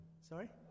sorry